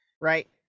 Right